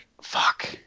fuck